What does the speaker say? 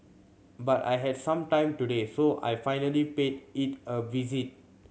but I had some time today so I finally paid it a visit